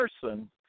person